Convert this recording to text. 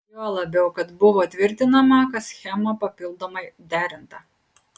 juo labiau kad buvo tvirtinama kad schema papildomai derinta